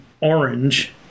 orange